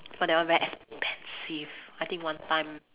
but that one very expensive I think one time